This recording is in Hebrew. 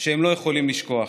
שהם לא יכולים לשכוח.